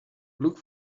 look